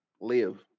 live